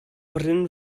bryn